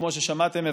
כמו ששמעתם,